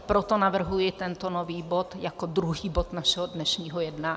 Proto navrhuji tento nový bod jako druhý bod našeho dnešního jednání.